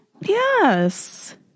Yes